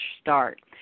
start